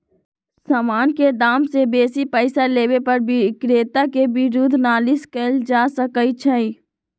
समान के दाम से बेशी पइसा लेबे पर विक्रेता के विरुद्ध नालिश कएल जा सकइ छइ